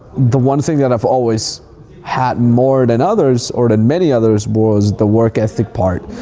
the one thing that i've always had more than others or than many others was the work ethic part.